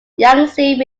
yangtze